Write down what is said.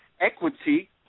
equity